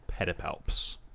pedipalps